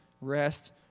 rest